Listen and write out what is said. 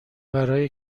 برای